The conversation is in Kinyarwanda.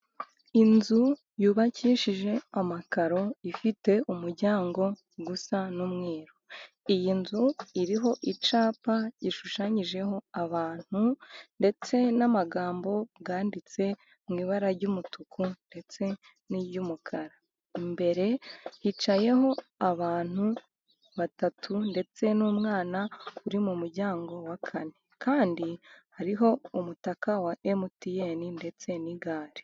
Inzu yubakishije amakaro, ifite umuryango usa n'umweru. Iyi nzu iriho icyapa gishushanyijeho abantu ndetse n'amagambo yanditse mu ibara ry'umutuku ndetse n'iry'umukara. Imbere hicayeho abantu batatu ndetse n'umwana uri mu muryango wa kane, kandi hariho umutaka wa MTN ndetse n'igare.